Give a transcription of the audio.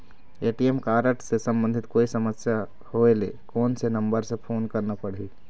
ATM card से संबंधित कोई समस्या होय ले, कोन से नंबर से फोन करना पढ़ही?